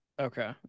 okay